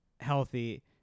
healthy